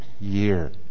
year